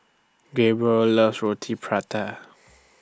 Gabriel loves Roti Prata